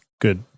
good